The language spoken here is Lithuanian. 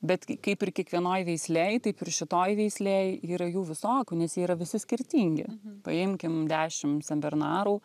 bet kaip ir kiekvienoj veislėj taip ir šitoj veislėj yra jų visokių nes jie yra visi skirtingi paimkim dešimt senbernarų